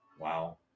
Wow